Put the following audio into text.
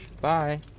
Bye